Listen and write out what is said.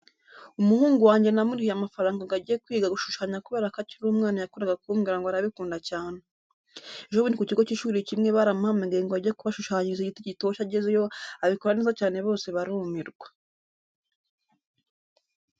Umuhungu wange namurihiye amafaranga ngo ajye kwiga gushushanya kubera ko akiri umwana yakundaga kumbwira ngo arabikunda cyane. Ejo bundi ku kigo cy'ishuri kimwe baramuhamagaye ngo ajye kubashushanyiriza igiti gitoshye agezeyo abikora neza cyane bose barumirwa.